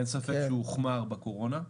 אין ספק שהוא הוחמר בקורונה,